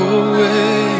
away